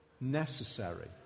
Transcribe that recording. necessary